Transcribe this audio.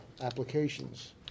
applications